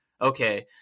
okay